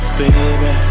baby